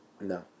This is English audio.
No